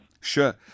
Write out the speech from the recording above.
Sure